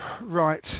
Right